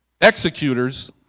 executors